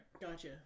Gotcha